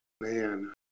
man